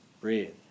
Breathe